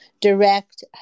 direct